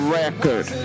record